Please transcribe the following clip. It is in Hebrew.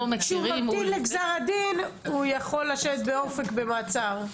כשממתין לגזר הדין יכול לשבת באופק במעצר.